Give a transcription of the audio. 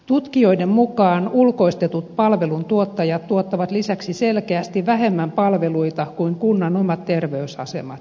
tutkijoiden mukaan ulkoistetut palveluntuottajat tuottavat lisäksi selkeästi vähemmän palveluita kuin kunnan omat terveysasemat